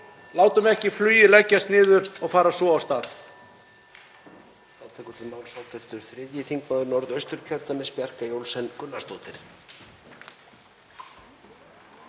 Látum ekki flugið leggjast niður og fara svo af stað.